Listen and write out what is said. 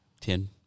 Ten